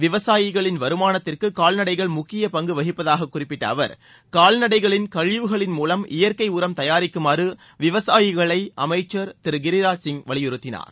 விவசாயிகளின் வருமானத்திற்கு கால்நடைகள் முக்கியப் பங்கு வகிப்பதாக குறிப்பிட்ட அவர் கால்நடைகளின் எச்சும் மூவம் இயற்கை உரம் தயாரிக்குமாறு விவசாயிகளை அமைச்சர் திரு கிரிராஜ் சிங் வலியுறுத்தினார்